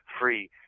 free